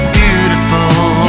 beautiful